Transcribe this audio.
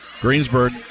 Greensburg